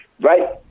right